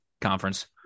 conference